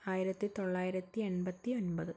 ആയിരത്തിത്തൊള്ളായിരത്തി എൺപത്തി ഒൻപത്